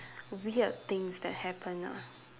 weird things that happen ah